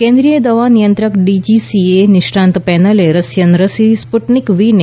કેન્દ્રીય દવા નિયંત્રક ડીસીજીએની નિષ્ણાત પેનલે રશિયન રસી સ્પુટનિક વી ને